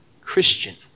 Christian